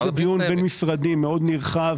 נכון.